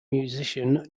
musician